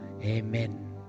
Amen